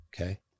okay